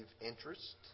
interest